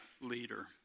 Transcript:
leader